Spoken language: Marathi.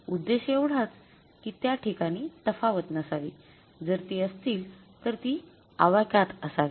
उद्देश एवढाच कि त्या ठिकाणी तफावत नसावी जर ती असतील तर ती आवाक्यात असावी